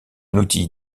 outil